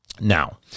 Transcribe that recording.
Now